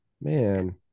Man